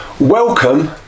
Welcome